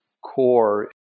core